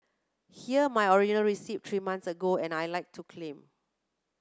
here my original receipt three months ago and I'd like to claim